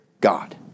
God